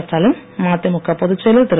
ஸ்டாலின் மதிமுக பொதுச்செயலர் திரு